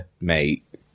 Mate